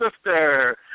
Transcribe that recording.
sister